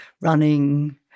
running